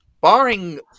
Barring